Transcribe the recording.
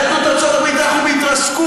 יהדות ארצות הברית, אנחנו בהתרסקות.